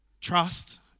trust